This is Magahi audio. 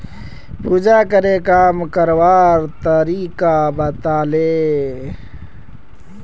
पूजाकरे काम करवार तरीका बताले